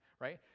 right